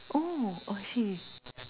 oh I see